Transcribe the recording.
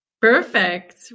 Perfect